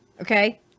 okay